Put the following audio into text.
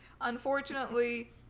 unfortunately